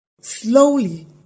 Slowly